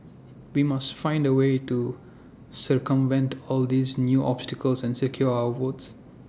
we must find A way to circumvent all these new obstacles and secure our votes